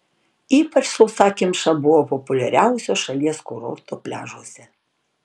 ypač sausakimša buvo populiariausio šalies kurorto pliažuose